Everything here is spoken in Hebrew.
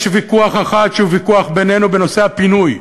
יש ויכוח אחד שהוא ויכוח בינינו, בנושא הפינוי.